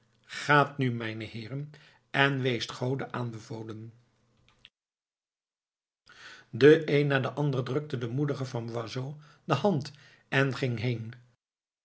gaat nu mijne heeren en weest gode aanbevolen de een na den ander drukte den moedigen van boisot de hand en ging heen